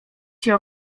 się